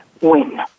win